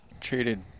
treated